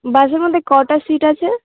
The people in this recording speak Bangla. বাসের মধ্যে কটা সীট আছে